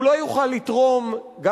הוא לא יוכל לתרום למפלגתו,